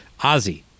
Ozzy